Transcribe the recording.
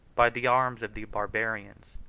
by the arms of the barbarians.